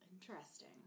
Interesting